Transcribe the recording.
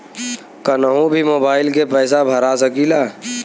कन्हू भी मोबाइल के पैसा भरा सकीला?